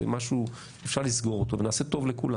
זה משהו שאפשר לסגור אותו ונעשה טוב לכולם.